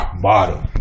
bottom